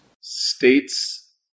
States